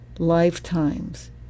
lifetimes